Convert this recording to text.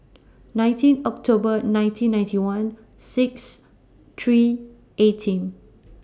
nineteen October nineteen ninety one six three eighteen